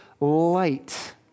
light